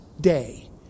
day